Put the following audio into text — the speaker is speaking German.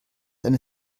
eine